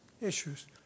issues